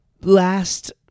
last